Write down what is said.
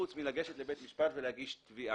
פרט מאשר לגשת לבית המשפט ולהגיש תביעה,